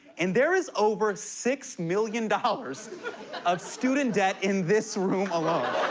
and there is over six million dollars of student debt in this room alone.